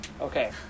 Okay